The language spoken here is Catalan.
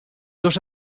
dos